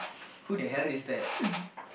who the hell is that